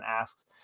asks